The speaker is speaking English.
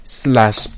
slash